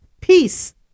Peace